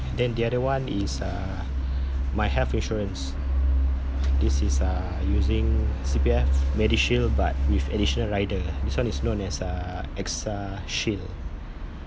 then the other one is uh my health insurance this is uh using C_P_F medishield but with additional rider this one is known as uh AXA shield